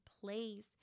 place